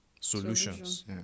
solutions